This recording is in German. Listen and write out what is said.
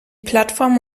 plattform